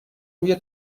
روی